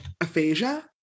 aphasia